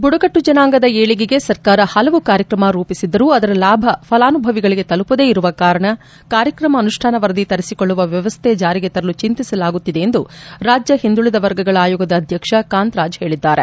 ಬುಡಕಟ್ಟು ಜನಾಂಗದ ಏಳಿಗೆಗೆ ಸರ್ಕಾರ ಹಲವು ಕಾರ್ಯಕ್ರಮ ರೂಪಸಿದ್ದರೂ ಅದರ ಲಾಭ ಫಲಾನುಭವಿಗಳಿಗೆ ತಲುಪದೇ ಇರುವ ಕಾರಣ ಕಾರ್ಯಕ್ರಮ ಅನುಷ್ಠಾನ ವರದಿ ತರಿಸಿಕೊಳ್ಳುವ ವ್ಯವಸ್ಥೆ ಜಾರಿಗೆ ತರಲು ಚಿಂತಿಸಲಾಗುತ್ತಿದೆ ಎಂದು ರಾಜ್ಯ ಹಿಂದುಳಿದ ವರ್ಗಗಳ ಆಯೋಗದ ಅಧ್ಯಕ್ಷ ಕಾಂತರಾಜ್ ಹೇಳಿದ್ದಾರೆ